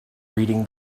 reading